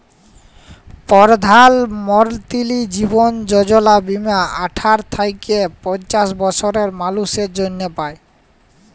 পরধাল মলতিরি জীবল যজলা বীমা আঠার থ্যাইকে পঞ্চাশ বসরের মালুসের জ্যনহে পায়